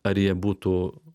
ar jie būtų